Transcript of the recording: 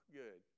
good